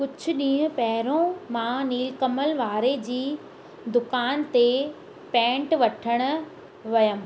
कुझु ॾींहुं पहिरियों मां नील कमल वारे जी दुकानु ते पैंट वठणु वियमि